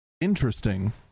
Interesting